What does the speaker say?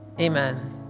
Amen